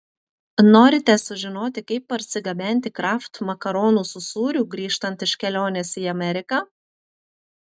norite sužinoti kaip parsigabenti kraft makaronų su sūriu grįžtant iš kelionės į ameriką